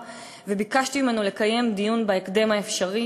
וביקשתי ממנו לקיים דיון בנושא הזה בהקדם האפשרי,